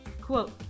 quote